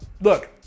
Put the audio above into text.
Look